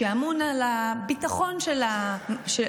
שאמון על הביטחון של המוחים,